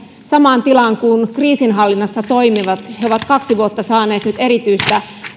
samaan tilaan kuin kriisinhallinnassa toimivat he ovat kaksi vuotta saaneet nyt erityistä